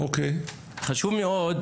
חשוב מאוד,